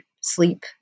sleep